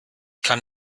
kann